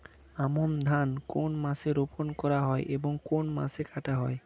আমন ধান কোন মাসে রোপণ করা হয় এবং কোন মাসে কাটা হয়?